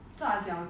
what